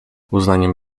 uznaniem